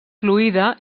fluida